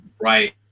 right